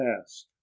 task